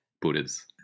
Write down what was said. Buddhas